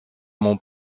mon